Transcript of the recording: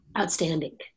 outstanding